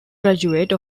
graduate